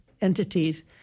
entities